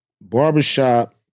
Barbershop